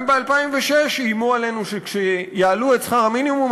גם ב-2006 איימו עלינו שכשיעלו את שכר המינימום,